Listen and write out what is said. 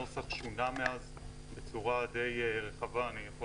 הנוסח שונה מאז בצורה די רחבה אני יכול